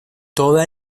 toda